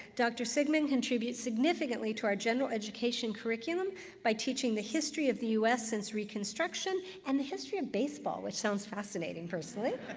dr. sigmon contributes significantly to our general education curriculum by teaching the history of the u s. since reconstruction and the history of baseball, which sounds fascinating, personally